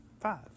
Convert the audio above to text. five